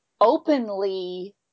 openly